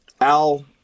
Al